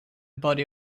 body